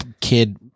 kid